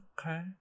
Okay